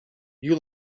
you